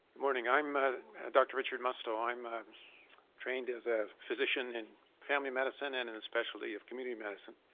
morning. i'm dr. richard mustel. i'm trained as a physician in family medicine and in the specialty of community medicine.